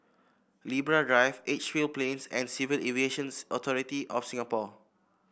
Libra Drive Edgefield Plains and Civil Aviation's Authority of Singapore